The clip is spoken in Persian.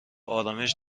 آرامش